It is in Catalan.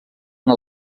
una